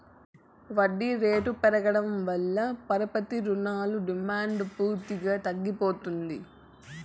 వడ్డీ రేట్లు పెరగడం వల్ల పరపతి రుణాల డిమాండ్ పూర్తిగా తగ్గిపోతుంది